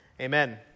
Amen